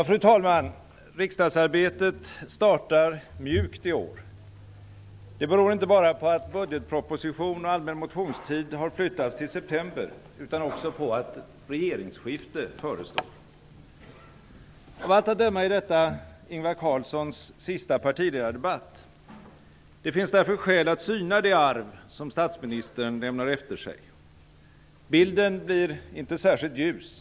Fru talman! Riksdagsarbetet startar mjukt i år. Det beror inte bara på att budgetproposition och allmän motionstid har flyttats till september utan också på att ett regeringsskifte förestår. Av allt att döma är detta Ingvar Carlssons sista partiledardebatt. Det finns därför skäl att syna det arv som statsministern lämnar efter sig. Bilden blir inte särskilt ljus.